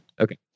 Okay